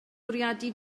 bwriadu